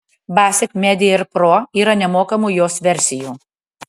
basic media ir pro yra nemokamų jos versijų